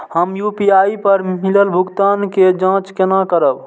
हम यू.पी.आई पर मिलल भुगतान के जाँच केना करब?